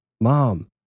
Mom